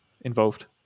involved